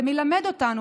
זה מלמד אותנו,